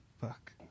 Fuck